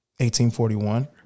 1841